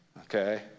okay